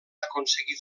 aconseguir